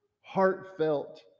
heartfelt